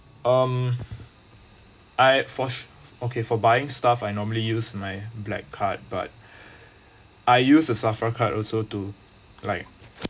um I for okay for buying stuff I normally use my black card but I use a safra card also to like